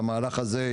המהלך הזה,